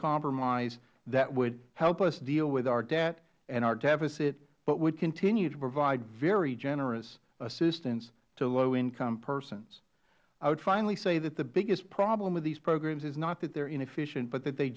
compromise that would help us deal with our debt and our deficit but would continue to provide very generous assistance to low income persons finally i would say the biggest problem with these programs is not that they are inefficient but that they